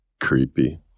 creepy